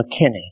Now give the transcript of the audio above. McKinney